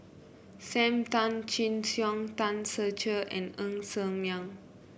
Sam Tan Chin Siong Tan Ser Cher and Ng Ser Miang